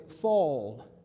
fall